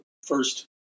first